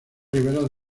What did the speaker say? riberas